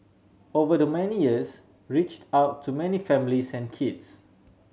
over the many years reached out to many families and kids